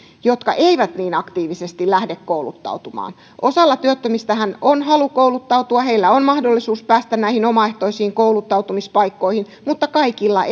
jotka eivät niin aktiivisesti lähde kouluttautumaan osalla työttömistähän on halu kouluttautua heillä on mahdollisuus päästä näihin omaehtoisiin kouluttautumispaikkoihin mutta kaikilla